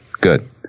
good